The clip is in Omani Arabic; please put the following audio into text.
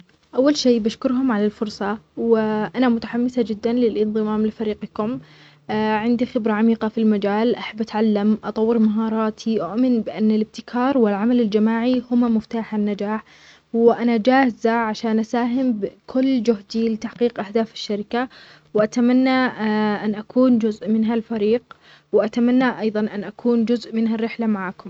أول شيء، حاب أشكركم على الفرصة هذي. أنا شخص متحمس وأحب أشتغل بكل طاقتي لتحقيق النجاح. أؤمن بأهمية العمل الجماعي وأحب أكون جزء من فريق يساهم في تطوير الشركة. أنا دايمًا أبحث عن الفرص اللي تساعدني أطور مهاراتي وأخدم أهداف المؤسسة بأفضل طريقة.